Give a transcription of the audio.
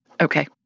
Okay